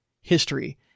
history